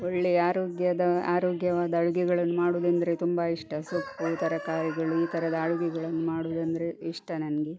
ಒಳ್ಳೆಯ ಆರೋಗ್ಯದ ಆರೋಗ್ಯವಾದ ಅಡುಗೆಗಳನ್ನು ಮಾಡುವುದೆಂದರೆ ತುಂಬ ಇಷ್ಟ ಸೊಪ್ಪು ತರಕಾರಿಗಳು ಈ ಥರದ ಅಡುಗೆಗಳನ್ನು ಮಾಡುವುದೆಂದ್ರೆ ಇಷ್ಟ ನನಗೆ